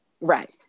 right